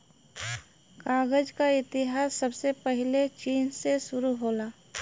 कागज क इतिहास सबसे पहिले चीन से शुरु होला